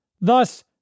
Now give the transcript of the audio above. Thus